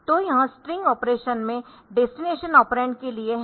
तो यह string operation में डेस्टिनेशन ऑपरेंड के लिए है